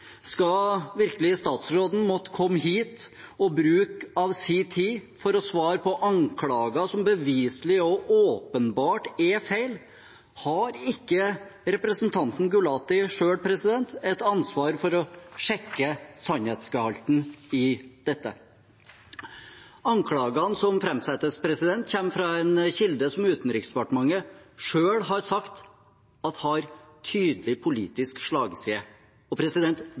Skal virkelig statsråden måtte komme hit og bruke av sin tid på å svare på anklager som beviselig og åpenbart er feil? Har ikke representanten Gulati selv et ansvar for å sjekke sannhetsgehalten i dette? Anklagene som framsettes, kommer fra en kilde som Utenriksdepartementet selv har sagt har en tydelig politisk slagside. Det er å si det forsiktig. Det er kjent og